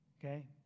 okay